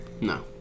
No